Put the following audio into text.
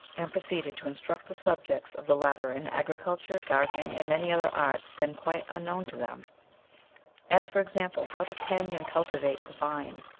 and proceeded to instruct the subjects of the latter in agriculture, gardening, and many other arts then quite unknown to them as, for example, how to tend and cultivate the vine.